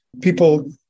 People